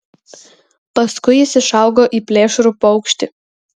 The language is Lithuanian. paskui jis išaugo į plėšrų paukštį